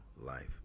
life